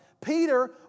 Peter